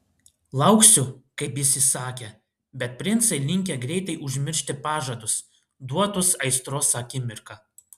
lauksiu kaip jis įsakė bet princai linkę greitai užmiršti pažadus duotus aistros akimirką